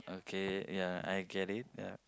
okay ya I get it ya